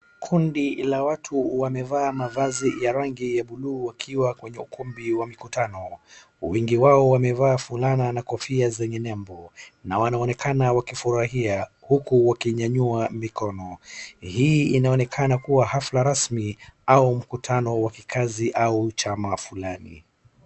Watu wamevaa mavazi ya rangi ya buluu wakiwa kwenye ukumbi wa mikutano. Wengi wao wamevaa fulana na kofia zenye nembo na wanaonekana wakifurahia huku wakinyanyua mikono. Hii inaonekana kuwa hafla rasmi au mkutano wa kikazi au chama fulani.